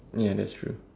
ya that's true